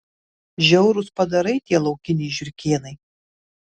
žiaurūs padarai tie laukiniai žiurkėnai